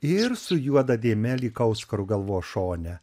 ir su juoda dėme lyg auskaru galvos šone